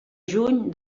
juny